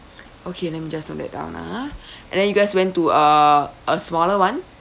okay let me just note that down ah and then you guys went to a a smaller one